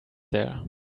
there